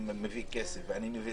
אני מביא כסף וכו',